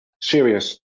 serious